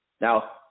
Now